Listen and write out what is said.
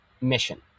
mission